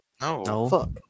No